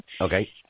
Okay